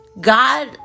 God